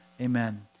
amen